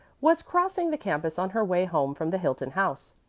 was crossing the campus on her way home from the hilton house.